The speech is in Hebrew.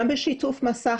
גם בשיתוף מסך,